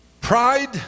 pride